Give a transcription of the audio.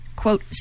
quote